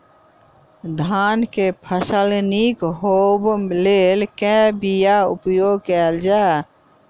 धान केँ फसल निक होब लेल केँ बीया उपयोग कैल जाय?